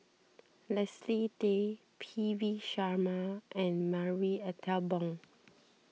Leslie Tay P V Sharma and Marie Ethel Bong